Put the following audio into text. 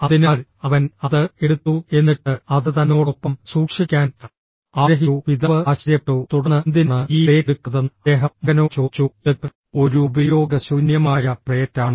അതിനാൽ അവൻ അത് എടുത്തു എന്നിട്ട് അത് തന്നോടൊപ്പം സൂക്ഷിക്കാൻ ആഗ്രഹിച്ചു പിതാവ് ആശ്ചര്യപ്പെട്ടു തുടർന്ന് എന്തിനാണ് ഈ പ്ലേറ്റ് എടുക്കുന്നതെന്ന് അദ്ദേഹം മകനോട് ചോദിച്ചു ഇത് ഒരു ഉപയോഗശൂന്യമായ പ്ലേറ്റാണ്